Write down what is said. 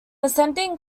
ascending